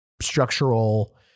structural